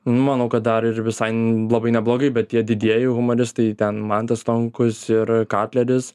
nu manau kad dar ir visai labai blogai neblogai bet tie didieji humoristai ten mantas stonkus ir katleris